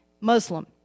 Muslim